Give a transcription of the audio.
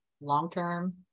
long-term